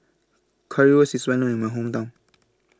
Currywurst IS Well known in My Hometown